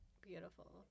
Beautiful